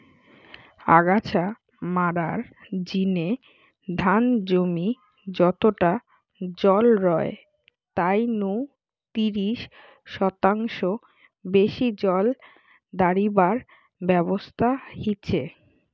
আগাছা মারার জিনে ধান জমি যতটা জল রয় তাই নু তিরিশ শতাংশ বেশি জল দাড়িবার ব্যবস্থা হিচে